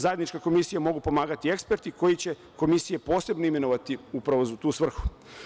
Zajedničku komisiju mogu pomagati eksperti koji će Komisija posebno imenovati upravo za tu svrhu.